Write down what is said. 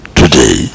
today